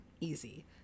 easy